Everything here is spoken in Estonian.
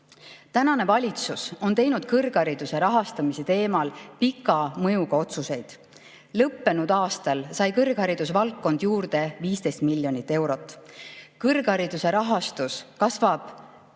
Tänane valitsus on teinud kõrghariduse rahastamise teemal pika mõjuga otsuseid. Lõppenud aastal sai kõrgharidusvaldkond juurde 15 miljonit eurot. Kõrghariduse rahastus kasvab